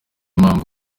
mpamvu